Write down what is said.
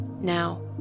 Now